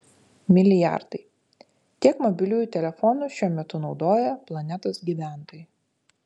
milijardai tiek mobiliųjų telefonų šiuo metu naudoja planetos gyventojai